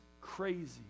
crazy